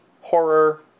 horror